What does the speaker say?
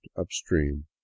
upstream